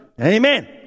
Amen